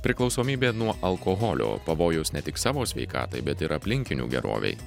priklausomybė nuo alkoholio pavojus ne tik savo sveikatai bet ir aplinkinių gerovei